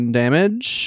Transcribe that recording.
damage